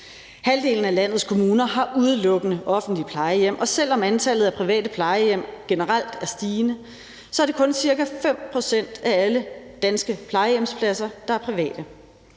Halvdelen af landets kommuner har udelukkende offentlige plejehjem, og selv om antallet af private plejehjem generelt er stigende, er det kun ca. 5 pct. af alle danske plejehjemspladser, der er private.